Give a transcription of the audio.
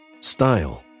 Style